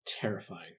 terrifying